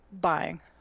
buying